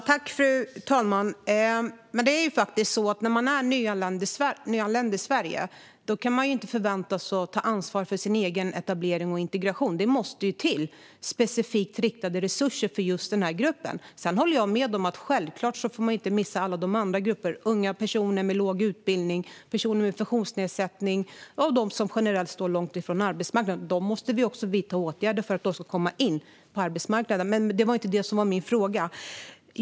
Fru talman! När man är nyanländ i Sverige kan man inte förväntas ta ansvar för sin egen etablering och integration. Det måste till specifikt riktade resurser för just den här gruppen. Jag håller med om att man självklart inte får missa alla de andra grupperna, exempelvis unga personer med låg utbildning, personer med funktionsnedsättning och de som generellt står långt från arbetsmarknaden. För dem måste vi också vidta åtgärder så att de kan komma in på arbetsmarknaden. Men det var inte det som var min fråga.